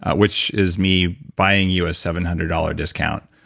ah which is me buying you a seven hundred dollars discount,